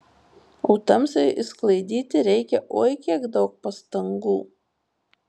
o tamsai išsklaidyti reikia oi kiek daug pastangų